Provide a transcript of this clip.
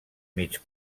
mig